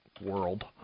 world